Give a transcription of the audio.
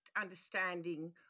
understanding